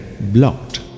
blocked